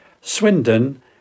Swindon